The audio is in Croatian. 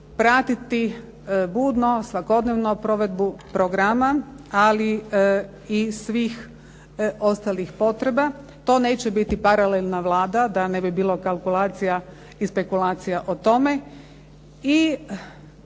pratiti budno, svakodnevno provedbu programa, ali i svih ostalih potreba. To neće biti paralelna Vlada, da ne bi bilo kalkulacija i spekulacija o tome.